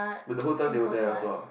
but the whole time they were there also ah